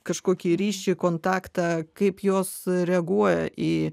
kažkokį ryšį kontaktą kaip jos reaguoja į